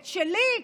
את שלי.